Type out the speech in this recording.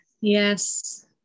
yes